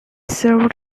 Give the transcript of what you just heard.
served